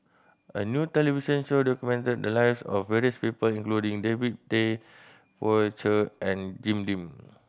a new television show documented the lives of various people including David Tay Poey Cher and Jim Lim